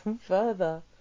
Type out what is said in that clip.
further